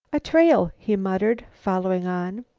a trail! he muttered, following on.